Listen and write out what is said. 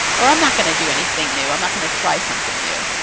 or i'm not going to do anything new. i'm not going to try something new.